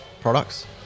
products